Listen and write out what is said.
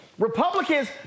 Republicans